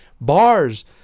Bars